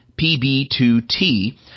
PB2T